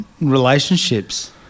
relationships